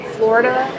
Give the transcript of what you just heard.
Florida